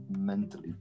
mentally